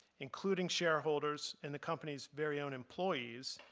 including shareholders and the company's very own employees,